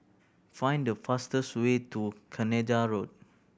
find the fastest way to Canada Road